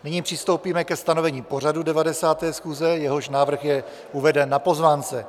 Nyní přistoupíme ke stanovení pořadu 90. schůze, jehož návrh je uveden na pozvánce.